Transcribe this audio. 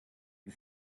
die